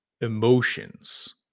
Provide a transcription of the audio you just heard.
emotions